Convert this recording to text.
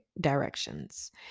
directions